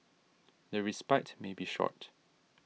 the respite may be short